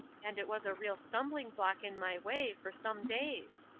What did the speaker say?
and it was a real stumbling-block in my way for some days.